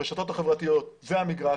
הרשתות החברתיות, זה המגרש.